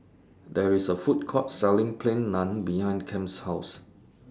There IS A Food Court Selling Plain Naan behind Kem's House